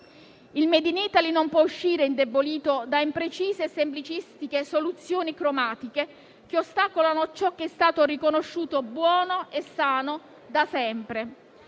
Il *made in Italy* non può uscire indebolito da imprecise e semplicistiche soluzioni cromatiche che ostacolano ciò che è stato riconosciuto buono e sano da sempre.